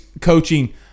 coaching